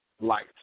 light